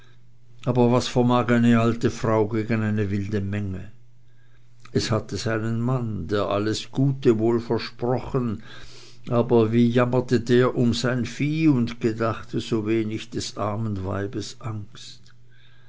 aber was vermag eine alte frau gegen eine wilde menge es hatte seinen mann der hatte alles gute wohl versprochen aber wie jammerte der um sein vieh und gedachte so wenig des armen weibes angst